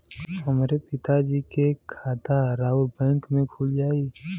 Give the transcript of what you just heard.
हमरे पिता जी के खाता राउर बैंक में खुल जाई?